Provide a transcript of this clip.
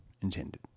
intended